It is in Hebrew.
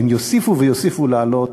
והם יוסיפו ויוסיפו לעלות,